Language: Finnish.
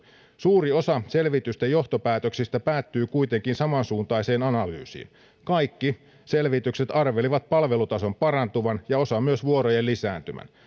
suuri osa selvitysten johtopäätöksistä päättyy kuitenkin samansuuntaiseen analyysiin kaikki selvitykset arvelivat palvelutason parantuvan ja osa myös vuorojen lisääntyvän